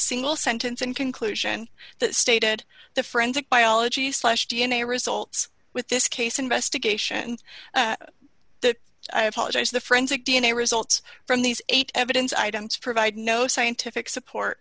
single sentence in conclusion that stated the forensic biology slash d n a results with this case investigation the i apologize the forensic d n a results from these eight evidence items provide no scientific support